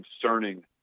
concerning